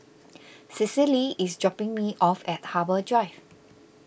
Cecily is dropping me off at Harbour Drive